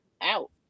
Out